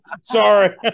sorry